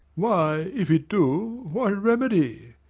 why, if it do, what remedy?